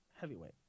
heavyweight